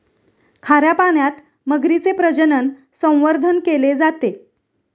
खाऱ्या पाण्यात मगरीचे प्रजनन, संवर्धन केले जाते